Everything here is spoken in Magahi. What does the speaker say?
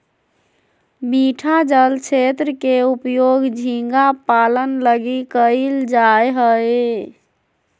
मीठा जल क्षेत्र के उपयोग झींगा पालन लगी कइल जा हइ